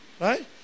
Right